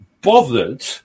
bothered